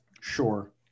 Sure